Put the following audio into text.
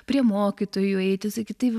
prie mokytojų eiti sakyti